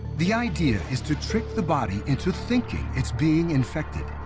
the idea is to trick the body into thinking it's being infected.